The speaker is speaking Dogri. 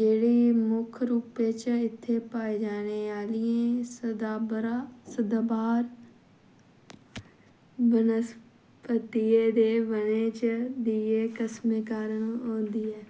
जेह्ड़ी मुक्ख रूपै च इत्थै पाए जाने आह्लियें सदाब्हार वनस्पतियें दे वनें च दियें किसमें कारण होंदी ऐ